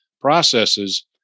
processes